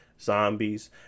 zombies